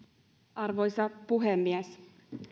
arvoisa puhemies